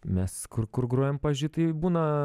mes kur kur grojam pavyzdžiui tai būna